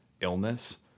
illness